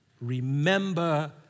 Remember